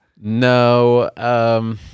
no